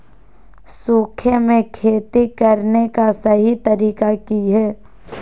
सूखे में खेती करने का सही तरीका की हैय?